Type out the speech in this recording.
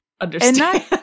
understand